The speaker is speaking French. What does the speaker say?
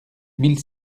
mille